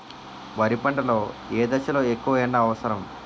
వరి పంట లో ఏ దశ లొ ఎక్కువ ఎండా అవసరం?